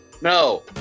No